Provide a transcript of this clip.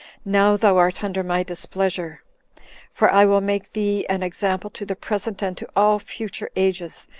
now thou art under my displeasure for i will make thee an example to the present and to all future ages,